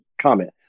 comment